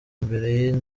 imbere